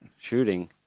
shooting